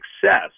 success